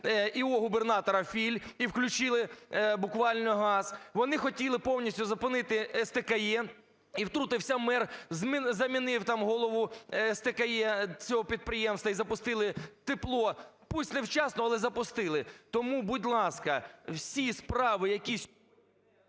губернатора Філь і включили буквально газ. Вони хотіли повністю зупинити СТКЕ, і втрутився мер, замінив там голову СТКЕ, цього підприємства, і запустили тепло, пусть невчасно, але запустили. Тому, будь ласка, всі справи, які…